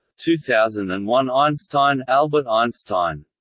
two thousand and one einstein ah but einstein